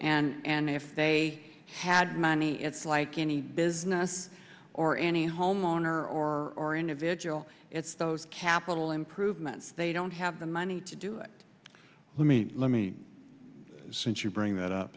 money and if they had money it's like any business or any homeowner or or individual it's those capital improvements they don't have the money to do it let me let me since you bring that up